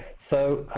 so